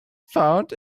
found